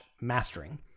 mastering